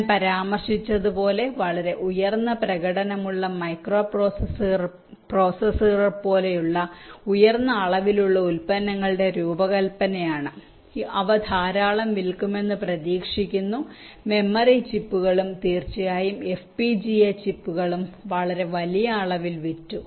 ഞാൻ പരാമർശിച്ചതുപോലെ ഉയർന്ന പ്രകടനമുള്ള മൈക്രോപ്രൊസസ്സറുകൾ പോലുള്ള ഉയർന്ന അളവിലുള്ള ഉൽപ്പന്നങ്ങളുടെ രൂപകൽപ്പനയാണ് അവ ധാരാളം വിൽക്കുമെന്ന് പ്രതീക്ഷിക്കുന്നു മെമ്മറി ചിപ്പുകളും തീർച്ചയായും FPGA ചിപ്പുകളും വളരെ വലിയ അളവിൽ വിറ്റു